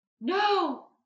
No